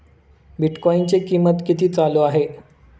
बिटकॉइनचे कीमत किती चालू आहे